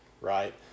right